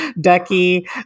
Ducky